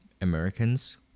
Americans